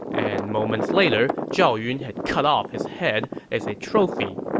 and moments later zhao yun had cut off his head as a trophy.